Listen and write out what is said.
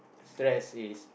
stress is